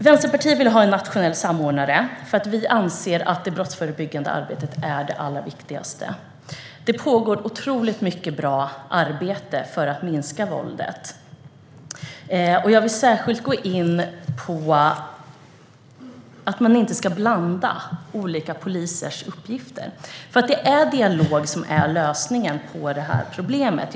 Vänsterpartiet vill ha en nationell samordnare därför att vi anser att det brottsförebyggande arbetet är allra viktigast. Det pågår otroligt mycket bra arbete för att minska våldet. Jag vill särskilt gå in på att man inte ska blanda olika polisers uppgifter. Det är dialog som är lösningen på problemet.